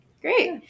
Great